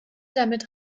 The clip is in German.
damit